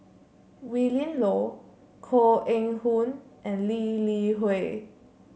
Willin Low Koh Eng Hoon and Lee Li Hui